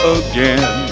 again